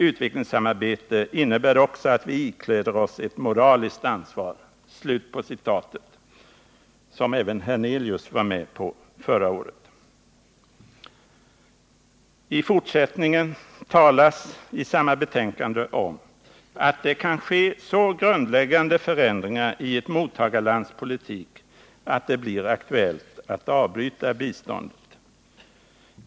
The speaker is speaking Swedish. Utvecklingssamarbete innebär också att vi ikläder oss ett moraliskt ansvar”, ett uttalande som även Allan Hernelius var med på förra året. I fortsättningen talas i samma betänkande om att ”det kan ske så grundläggande förändringar i ett mottagarlands politik att det blir aktuellt att avbryta biståndet”.